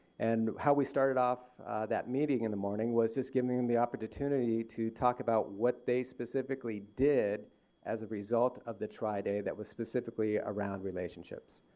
and how we started off that meeting in the morning was just giving them the opportunity to talk about what they specifically did as a result of the tri-day that was specifically around relationships.